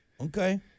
Okay